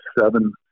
seven